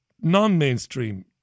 non-mainstream